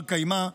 בר-קיימא,